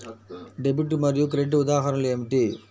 Debit మరియు credit ఉదాహరణలు ఏమిటీ?